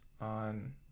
on